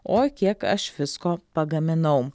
oi kiek aš visko pagaminau